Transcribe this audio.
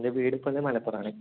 എന്റെ വീട് ഇപ്പം മലപ്പുറം ആണ്